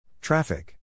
Traffic